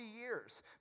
years